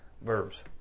verbs